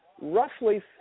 roughly